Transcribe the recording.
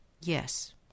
yes